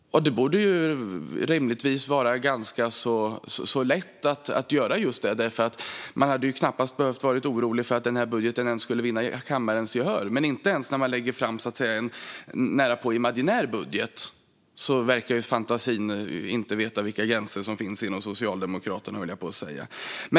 Det borde rimligtvis ha varit ganska lätt att göra just detta, för man hade knappast behövt vara orolig för att budgeten skulle vinna kammarens gehör. Men inte ens när man lägger fram en närapå imaginär budget verkar fantasin veta vilka gränser som finns inom Socialdemokraterna, höll jag på att säga.